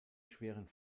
schweren